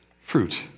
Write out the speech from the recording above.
Fruit